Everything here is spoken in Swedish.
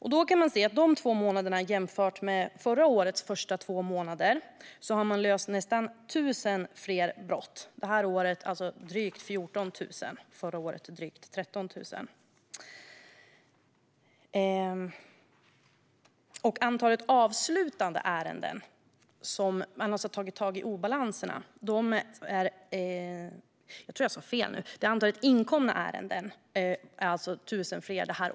Under dessa två månader, jämfört med förra årets första två månader, har antalet inkomna ärenden ökat med 1 000.